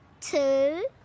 two